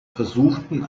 versuchten